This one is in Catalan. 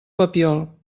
papiol